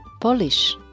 Polish